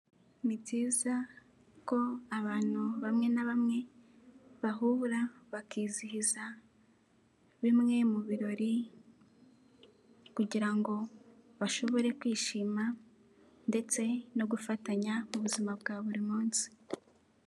Ni byiza ko abantu bamwe na bamwe bahura bakizihiza bimwe mu birori kugira ngo bashobore kwishima ndetse no gufatanya mu buzima bwa buri munsi.